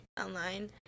online